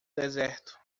deserto